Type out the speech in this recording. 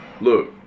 Look